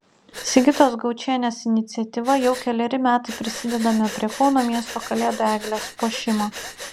sigitos gaučienės iniciatyva jau keleri metai prisidedame prie kauno miesto kalėdų eglės puošimo